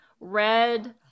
red